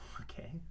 Okay